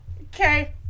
Okay